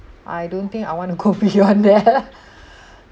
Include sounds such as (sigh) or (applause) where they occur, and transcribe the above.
I don't think I want to go beyond (laughs) that